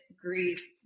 grief